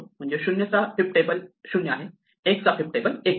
म्हणजे 0 चा fib table 0 आहे 1 चा फिब टेबल 1 आहे